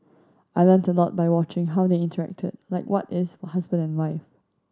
I learnt a lot by watching how they interacted like what is husband and wife